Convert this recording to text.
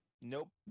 Nope